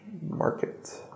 market